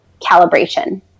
calibration